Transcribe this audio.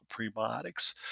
prebiotics